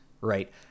right